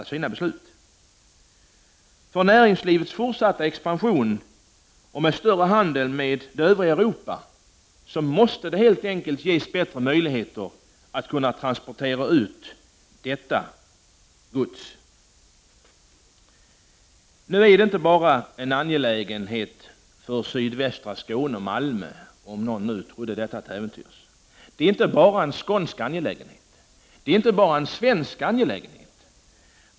För att man skall kunna främja näringslivets fortsatta expansion och en större handel med det övriga Europa måste det helt enkelt ges bättre möjligheter att transportera ut godset. Frågan om förbindelser över Öresund är inte enbart en angelägenhet för sydvästra Skåne och Malmö, om nu någon till äventyrs trodde det. Det är — Prot. 1989/90:31 inte bara en skånsk angelägenhet, och det är inte heller bara en svensk ange 22 november 1989 lägenhet.